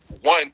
one